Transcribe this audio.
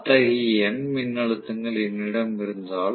அத்தகைய n மின்னழுத்தங்கள் என்னிடம் இருந்தால்